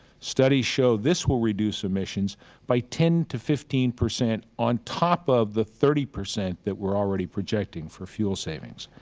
studies show this will reduce emissions by ten to fifteen percent on top of the thirty percent that we are already projecting for fuel savings.